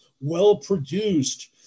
well-produced